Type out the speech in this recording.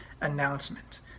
announcement